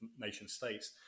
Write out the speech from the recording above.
nation-states